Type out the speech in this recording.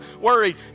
worried